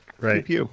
Right